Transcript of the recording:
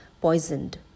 poisoned